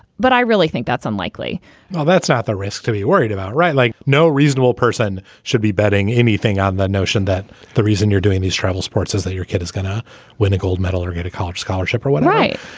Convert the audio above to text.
but i really think that's unlikely now, that's not a risk to be worried about, right? like no reasonable person should be betting anything on the notion that the reason you're doing these travels sports is that your kid is going to win a gold medal or get a college scholarship or what. right.